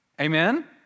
Amen